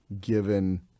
given